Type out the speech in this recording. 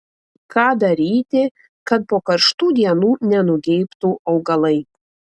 ką daryti kad po karštų dienų nenugeibtų augalai